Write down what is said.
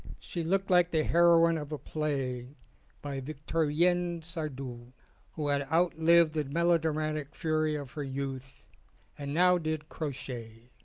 she looked like the heroine of a play by victorien sardou who had outlived the melo dramatic fury of her youth and now did crochet.